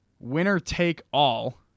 Winner-take-all